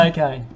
Okay